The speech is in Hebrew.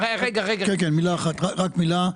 רק מילה.